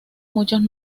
muchos